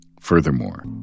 Furthermore